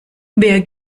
wer